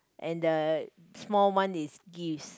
and the small one is Give's